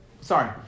Sorry